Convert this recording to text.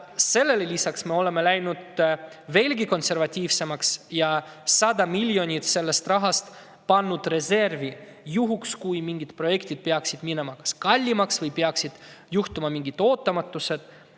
Sellele lisaks me oleme läinud veelgi konservatiivsemaks ja pannud 100 miljonit sellest rahast reservi juhuks, kui mingid projektid peaksid minema kallimaks või peaksid juhtuma mingid ootamatused.